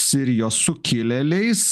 sirijos sukilėliais